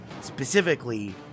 specifically